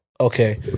Okay